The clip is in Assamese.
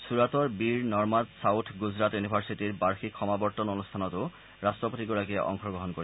চূৰাটৰ বীৰ নৰ্মাদ ছাউথ গুজৰাট ইউনিভাৰ্চিটীৰ বাৰ্ষিক সমাৱৰ্ত্ভন অনুষ্ঠানতো ৰাষ্টপতিগৰাকীয়ে অংশগ্ৰহণ কৰিব